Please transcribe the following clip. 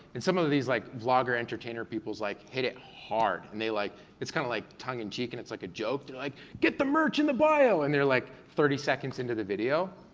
and some of these like vlogger entertainer people like hit it hard. and they, like it's kinda like tongue in cheek, and it's like a joke to like get the merch in the bio and they're like thirty seconds into the video.